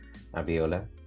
Aviola